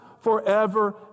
Forever